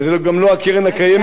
וזה גם לא הקרן הקיימת,